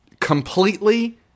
completely